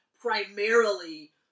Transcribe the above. primarily